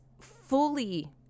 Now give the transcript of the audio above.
fully